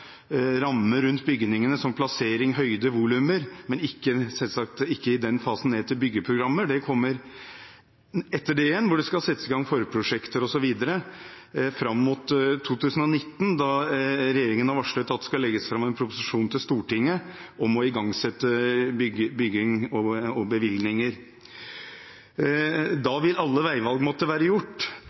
selvsagt ikke ned til byggeprogrammer. Det kommer etter det igjen, da det skal settes i gang forprosjekter osv., fram mot 2019, da regjeringen har varslet at det skal legges fram en proposisjon for Stortinget om å igangsette bygging og om bevilgninger. Da må alle veivalg være